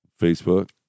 Facebook